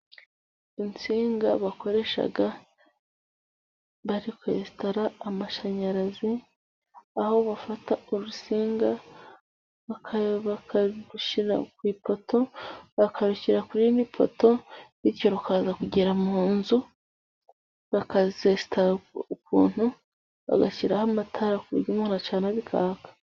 Insinga bakoresha bari kwesitara amashanyarazi, aho bafata urusinga bakarushyira ku ipoto, bakarushyira ku yindi poto bityo rukaza kugera mu nzu, bakazesitara ukuntu, bagashyiraho amatara ku buryo umuntu acana bikaka.